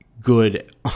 good